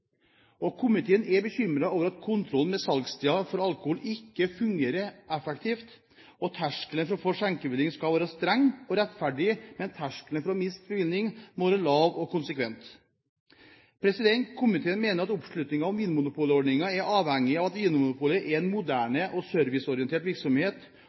osv. Komiteen er bekymret over at kontrollen med salgssteder for alkohol ikke fungerer effektivt. Terskelen for å få skjenkebevilling skal være høy, streng og rettferdig, mens terskelen for å miste bevillingen må være lav og konsekvent. Komiteen mener at oppslutningen om vinmonopolordningen er avhengig av at Vinmonopolet er en morderne og serviceorientert virksomhet.